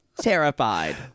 Terrified